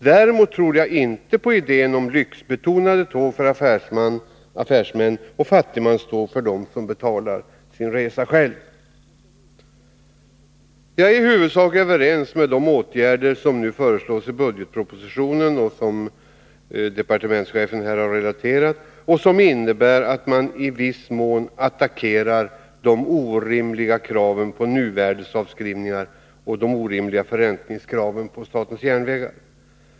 Däremot tror jag inte på idén om lyxbetonade tåg för affärsmän och ”fattigmanståg” för dem som betalar sin resa själv. I huvudsak samtycker jag till de åtgärder som föreslås i budgetpropositionen, som departementschefen här har relaterat och som innebär att man i viss mån attackerar de orimliga kraven på nuvärdesavskrivning och de orimliga förräntningskraven på SJ.